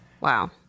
Wow